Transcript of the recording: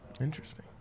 Interesting